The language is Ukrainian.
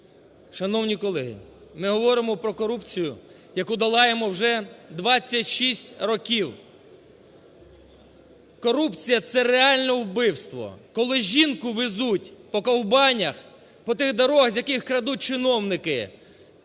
Шановні колеги, ми говоримо про корупцію, яку долаємо вже 26 років. Корупція – це реально вбивство, коли жінку везуть по ковбанях, по тих дорогах, з яких крадуть чиновники,